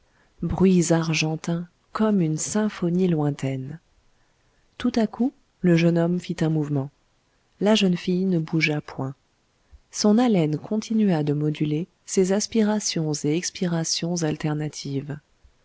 bruits argentins comme une symphonie lointaine tout à coup le jeune homme fit un mouvement la jeune fille ne bougea point son haleine continua de moduler ses aspirations et expirations alternatives